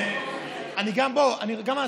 איפה הוא?